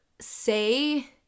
say